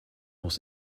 muss